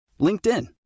LinkedIn